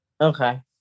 Okay